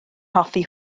hoffi